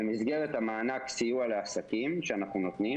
במסגרת המענק סיוע לעסקים שאנחנו נותנים